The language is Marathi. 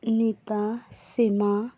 नीता सीमा